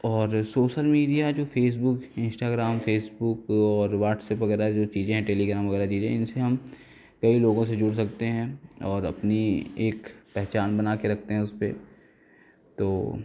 और social media जो Facebook Instagram Facebook और वाट्सअप वगैरह जो चीज़ें हैं टेलीग्राम वगैरह चीज़ें हैं इनसे हम कई लोगों से जुड़ सकते हैं और अपनी एक पहचान बना के रखते हैं उसपे तो